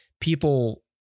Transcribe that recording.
people